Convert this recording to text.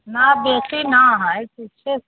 नहि बेसी नहि हइ किछु